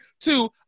Two